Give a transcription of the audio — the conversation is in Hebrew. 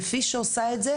כפי שעושה את זה,